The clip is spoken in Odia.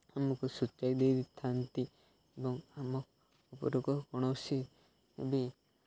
ଆମକୁ ସୂଚାଇ ଦେଇଥାନ୍ତି ଏବଂ ଆମ ଉପରକୁ କୌଣସି ବି